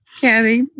Kathy